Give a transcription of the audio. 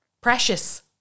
Precious